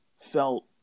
felt